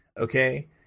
Okay